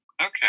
Okay